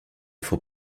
faut